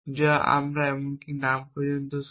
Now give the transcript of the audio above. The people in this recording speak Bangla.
যা আমরা এমনকি নাম পর্যন্ত শুনি